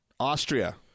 Austria